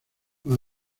los